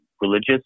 religious